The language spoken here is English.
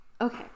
Okay